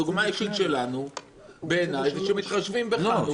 הדוגמה האישית שלנו בעיניי היא שמתחשבים בחנוכה,